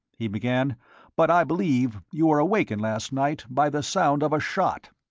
he began but i believe you were awakened last night by the sound of a shot.